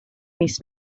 mis